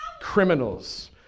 Criminals